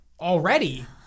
Already